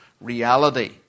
reality